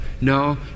No